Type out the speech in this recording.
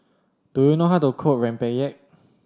do you know how to cook Rempeyek